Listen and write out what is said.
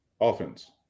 Offense